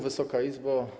Wysoka Izbo!